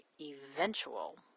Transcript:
eventual